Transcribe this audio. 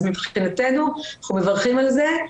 אז מבחינתנו אנחנו מברכים על זה,